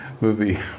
movie